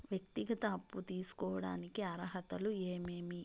వ్యక్తిగత అప్పు తీసుకోడానికి అర్హతలు ఏమేమి